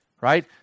right